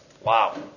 Wow